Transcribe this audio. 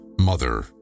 mother